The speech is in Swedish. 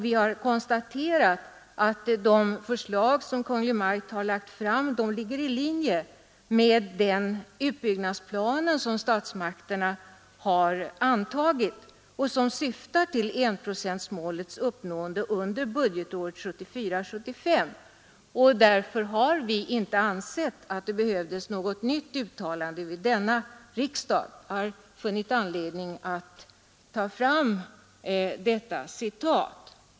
Vi har konstaterat att de förslag som Kungl. Maj:t har lagt fram ligger i linje med den utbyggnadsplan som statsmakterna har antagit och som syftar till enprocentsmålets uppnående under budgetåret 1974/75. Därför har vi inte ansett att det behövdes något nytt uttalande vid denna riksdag. Jag har funnit anledning att ta fram detta citat.